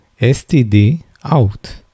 std-out